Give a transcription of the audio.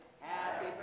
Happy